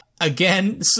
Again